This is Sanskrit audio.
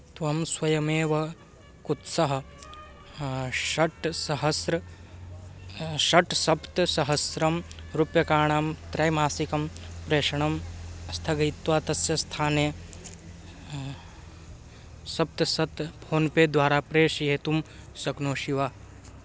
त्वं स्वयमेव कुत्सः षट् सहस्रं षट् सप्त्सहस्रं रूप्यकाणां त्रैमासिकं प्रेषणं स्थगयित्वा तस्य स्थाने सप्तशतं फोन् पे द्वारा प्रेषयितुं शक्नोषि वा